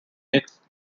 its